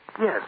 Yes